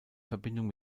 verbindung